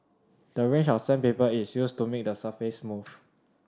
the range of sandpaper is used to make the surface smooth